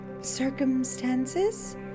circumstances